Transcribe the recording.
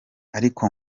ariko